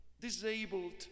disabled